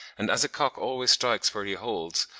and as a cock always strikes where he holds,